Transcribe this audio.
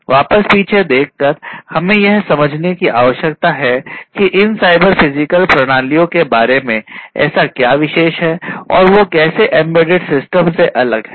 तो वापस पीछे देखकर हमें यह समझने की आवश्यकता है कि इन साइबर फिजिकल प्रणालियों के बारे में ऐसा क्या विशेष है और वे कैसे एम्बेडेड सिस्टम से अलग है